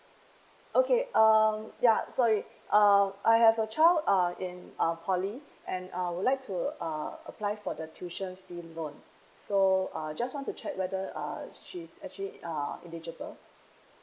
okay um ya sorry uh I have a child uh in uh poly and I would like to uh apply for the tuition fee loan so uh just want to check whether uh she is actually uh eligible